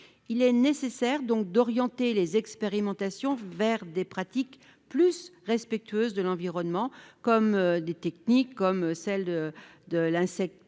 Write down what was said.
Il est nécessaire d'orienter les expérimentations vers des pratiques plus respectueuses de l'environnement comme celles de la stérilisation de l'insecte,